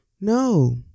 No